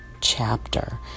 chapter